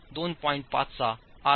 5 चा R factor वापरावा लागेल